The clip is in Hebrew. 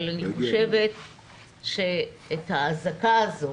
את האזעקה הזאת